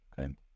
okay